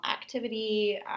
activity